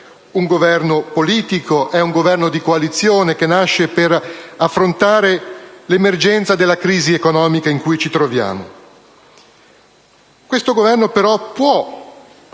un Governo politico, è un Governo di coalizione che nasce per affrontare l'emergenza della crisi economica in cui ci troviamo. Questo Governo però può